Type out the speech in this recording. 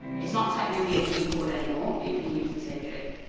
it's not technically a g chord anymore but you can use the same shape.